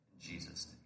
Jesus